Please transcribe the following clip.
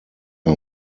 are